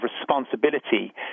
responsibility